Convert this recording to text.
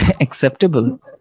acceptable